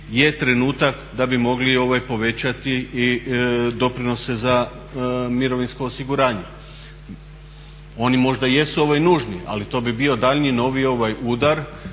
je trenutak da bi mogli povećati doprinose za mirovinsko osiguranje. Oni možda jesu nužni, ali to bi bio daljnji novi udar